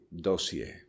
dossier